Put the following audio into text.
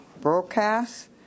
broadcast